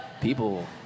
people